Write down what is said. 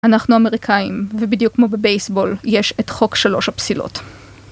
אנחנו אמריקאים, ובדיוק כמו בבייסבול, יש את חוק שלוש הפסילות.